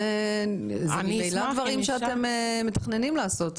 זה בכל מקרה דברים שאתם מתכננים לעשות,